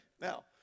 Now